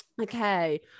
okay